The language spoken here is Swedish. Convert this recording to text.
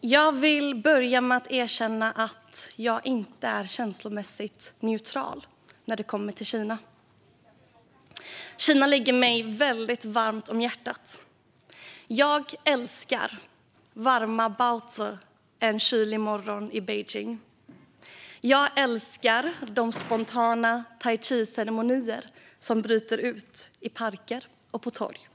Jag vill börja med att erkänna att jag inte är känslomässigt neutral när det kommer till Kina. Kina ligger mig väldigt varmt om hjärtat. Jag älskar varma baozi en kylig morgon i Peking. Jag älskar de spontana taijiceremonier som bryter ut i parker och på torg.